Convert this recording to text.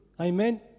Amen